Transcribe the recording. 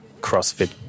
crossfit